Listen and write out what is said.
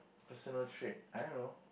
personal trait I don't know